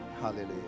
hallelujah